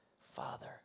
Father